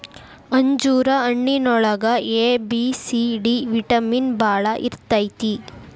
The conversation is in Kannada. ಅಂಜೂರ ಹಣ್ಣಿನೊಳಗ A, B, C, D vitamin ಬಾಳ ಇರ್ತೈತಿ